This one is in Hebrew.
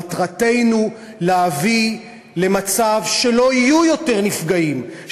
מטרתנו להביא למצב שלא יהיו יותר נפגעים,